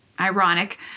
Ironic